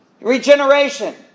Regeneration